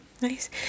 Nice